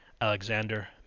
Alexander